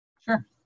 Sure